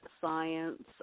science